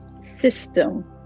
system